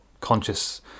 conscious